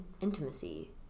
intimacy